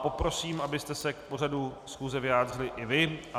Poprosím, abyste se k pořadu schůze vyjádřili i vy.